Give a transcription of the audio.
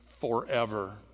forever